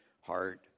heart